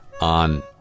on